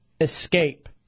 escape